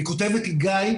היא כותבת: גיא,